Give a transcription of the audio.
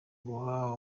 guha